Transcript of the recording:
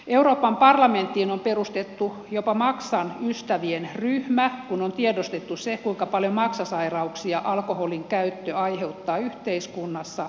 euroopan parlamenttiin on perustettu jopa maksan ystävien ryhmä kun on tiedostettu se kuinka paljon maksasairauksia alkoholinkäyttö aiheuttaa yhteiskunnassa